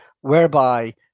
whereby